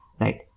right